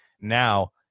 now